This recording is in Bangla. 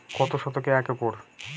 কত শতকে এক একর?